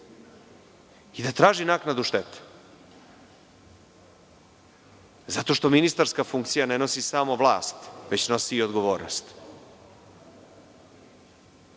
i da traži naknadu štete. Zato što ministarska funkcija ne nosi samo vlast, već nosi i odgovornost. Ne